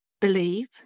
believe